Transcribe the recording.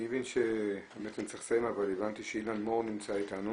אני צריך לסיים, אבל הבנתי שאילן מור נמצא איתנו,